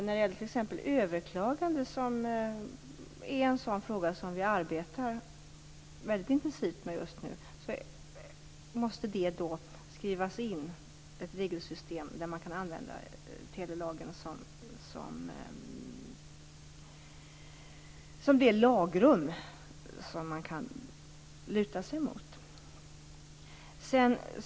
När det gäller t.ex. överklagande, som är en sådan fråga som vi arbetar mycket intensivt med just nu, måste ett regelsystem skrivas in så att man kan använda telelagen som det lagrum som man kan luta sig mot.